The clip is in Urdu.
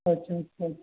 اچھا چھا اچھا